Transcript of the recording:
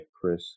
Chris